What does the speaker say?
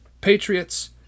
Patriots